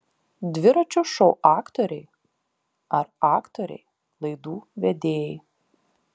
dviračio šou aktoriai ar aktoriai laidų vedėjai